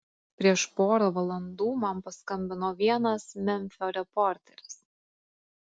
prieš porą valandų man paskambino vienas memfio reporteris